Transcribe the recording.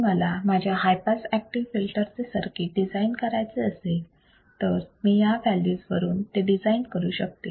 जर मला माझ्या हाय पास ऍक्टिव्ह फिल्टर चे सर्किट डिझाईन करायचे असेल तर मी या व्हॅल्यूज वरून ते डिझाईन करू शकते